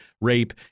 rape